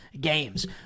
games